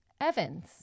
Evans